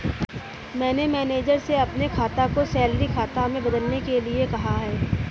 मैंने मैनेजर से अपने खाता को सैलरी खाता में बदलने के लिए कहा